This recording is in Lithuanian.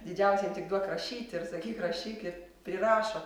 didžiausi jiem tik duok rašyt ir sakyk rašykit prirašo